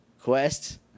Quest